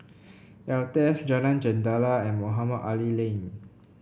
Altez Jalan Jendela and Mohamed Ali Lane